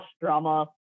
drama